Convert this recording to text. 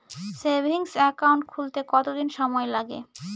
Savings account খুলতে কতদিন সময় লাগে?